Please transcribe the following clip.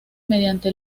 mediante